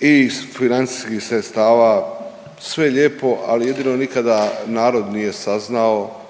i financijskih sredstava, sve lijepo, ali jedino nikada narod nije saznao